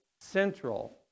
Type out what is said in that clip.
central